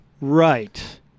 Right